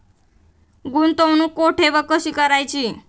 गुंतवणूक कुठे व कशी करायची?